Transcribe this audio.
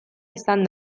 izan